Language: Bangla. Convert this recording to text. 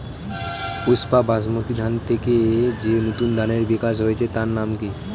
পুসা বাসমতি ধানের থেকে যে নতুন ধানের বিকাশ হয়েছে তার নাম কি?